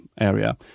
area